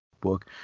book